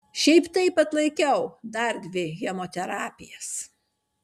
šiaip taip atlaikiau dar dvi chemoterapijas